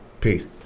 Peace